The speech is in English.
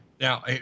Now